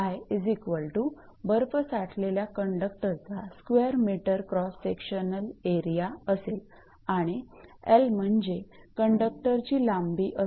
𝐴𝑤𝑖 बर्फ साठलेला कंडक्टरचा स्क्वेअर मीटरक्रॉस सेक्शन एरिया असेल आणि 𝑙 म्हणजे कंडक्टरची लांबी असेल